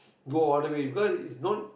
go all the way because it's not